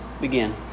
begin